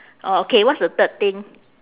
orh okay what's the third thing